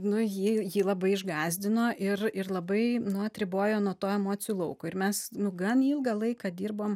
nu jį jį labai išgąsdino ir ir labai nu atribojo nuo to emocijų lauko ir mes nu gan ilgą laiką dirbom